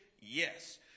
Yes